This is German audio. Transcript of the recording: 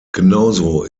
genauso